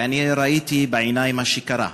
וראיתי בעיניים מה שקרה.